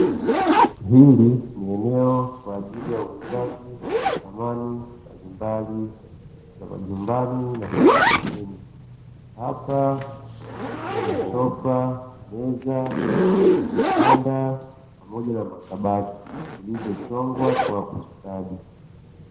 Hili ni eneo kwa ajili ya uuzaji samani mbali mbali za majumbani na maofisini, hapa kuna sofa, meza, kitanda pamoja na makabati vilivyochongwa kwa ustadi.